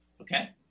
Okay